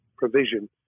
provision